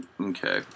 okay